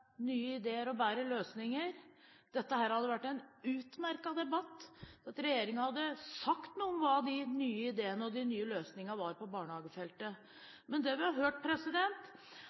nye ideer og bedre løsninger. Dette hadde vært en utmerket debatt hvis regjeringen hadde sagt noe om hva de nye ideene og de nye løsningene var på barnehagefeltet, men det vi har hørt,